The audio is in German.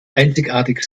einzigartig